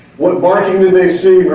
what marketing did they see,